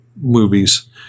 movies